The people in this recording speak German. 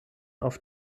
auf